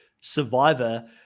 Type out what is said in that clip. survivor